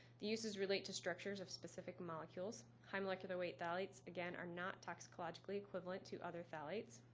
the uses relate to structures of specific molecules. high molecular weight phthalates, again, are not toxicologically equivalent to other phthalates.